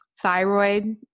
Thyroid